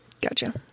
Gotcha